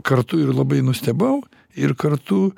kartu ir labai nustebau ir kartu